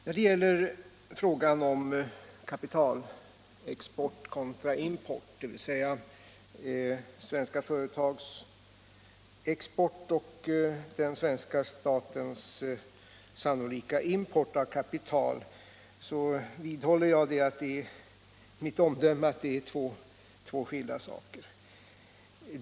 När det gäller frågan om kapitalexport kontra kapitalimport, dvs. svenska företags kapitalexport och den svenska statens sannolika import av kapital, vidhåller jag mitt omdöme att det är två skilda saker.